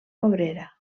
obrera